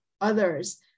others